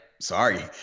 sorry